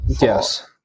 Yes